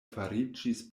fariĝis